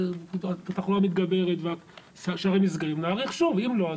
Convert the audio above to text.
התחלואה מתגברת והשמיים נסגרים נאריך שוב ואם לא,